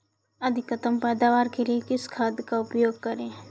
अधिकतम पैदावार के लिए किस खाद का उपयोग करें?